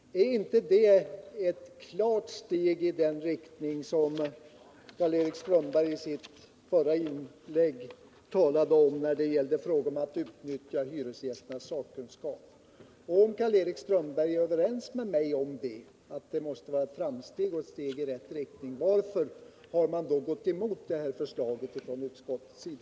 Är inte detta förslag ett klart steg i den riktning som Karl-Erik Strömberg i sitt förra inlägg talade om när det gällde frågan om att utnyttja hyresgästernas sakkunskap? Om Karl-Erik Strömberg är överens med mig om att det måste vara ett steg i rätt riktning, kan han då förklara varför man i utskottet gått emot detta förslag?